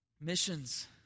missions